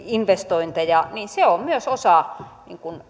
investointeja on myös osa